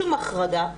שום החרגה,